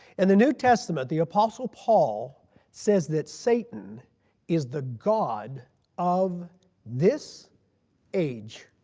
and the new testament the apostle paul says that satan is the god of this age.